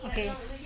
okay